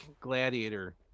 Gladiator